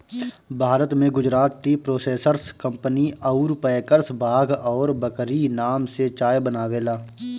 भारत में Gujarat tea processors company अउर packers Bagh और बकरी नाम से चाय बनावेला